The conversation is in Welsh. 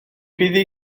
byddi